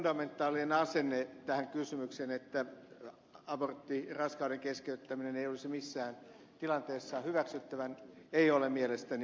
fundamentaalinen asenne tähän kysymykseen se että abortti raskauden keskeyttäminen ei olisi missään tilanteessa hyväksyttävä ei ole mielestäni oikea